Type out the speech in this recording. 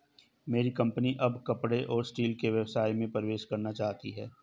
मेरी कंपनी अब कपड़े और स्टील के व्यवसाय में प्रवेश करना चाहती है